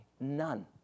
None